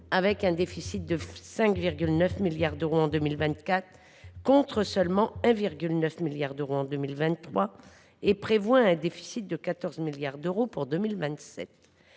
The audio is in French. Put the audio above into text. un déficit de 5,9 milliards d’euros, contre seulement 1,9 milliard d’euros en 2023, et prévoit un déficit de 14 milliards d’euros pour 2027.